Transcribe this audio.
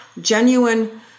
Genuine